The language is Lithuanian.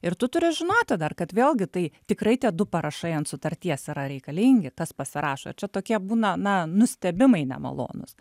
ir tu turi žinoti dar kad vėlgi tai tikrai tie du parašai ant sutarties yra reikalingi tas pasirašo čia tokie būna na nustebimai nemalonūs